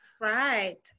Right